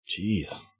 Jeez